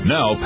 Now